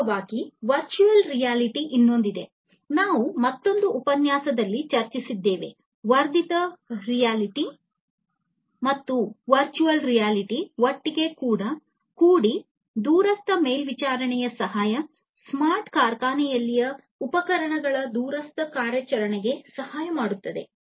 ವಾಸ್ತವವಾಗಿ virtual reality ಇನ್ನೊಂದಿದೆ ನಾವು ಮತ್ತೊಂದು ಉಪನ್ಯಾಸದಲ್ಲಿ ಚರ್ಚಿಸಿದ್ದೇವೆ ವರ್ಧಿತ ರಿಯಾಲಿಟಿ ಮತ್ತು ವರ್ಚುವಲ್ ರಿಯಾಲಿಟಿ ಒಟ್ಟಿಗೆ ಕೂಡಿ ದೂರಸ್ಥ ಮೇಲ್ವಿಚಾರಣೆಗೆ ಸಹಾಯ ಸ್ಮಾರ್ಟ್ ಕಾರ್ಖಾನೆಯಲ್ಲಿನ ಉಪಕರಣಗಳ ದೂರಸ್ಥ ಕಾರ್ಯಾಚರಣೆಗೆ ಸಹಾಯ ಮಾಡುತ್ತದೆ